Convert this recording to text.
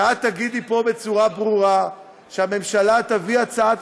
שאת תגידי פה בצורה ברורה שהממשלה תביא הצעת